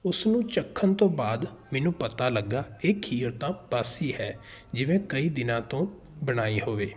ਉਸ ਨੂੰ ਚੱਖਣ ਤੋਂ ਬਾਅਦ ਮੈਨੂੰ ਪਤਾ ਲੱਗਾ ਇਹ ਖੀਰ ਤਾਂ ਬਾਸੀ ਹੈ ਜਿਵੇਂ ਕਈ ਦਿਨਾਂ ਤੋਂ ਬਣਾਈ ਹੋਵੇ